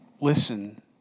listen